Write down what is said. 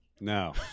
No